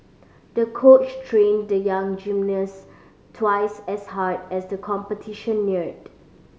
the coach trained the young gymnast twice as hard as the competition neared